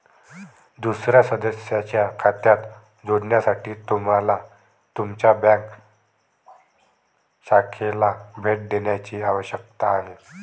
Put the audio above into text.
दुसर्या सदस्याच्या खात्यात जोडण्यासाठी तुम्हाला तुमच्या बँक शाखेला भेट देण्याची आवश्यकता आहे